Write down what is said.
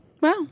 wow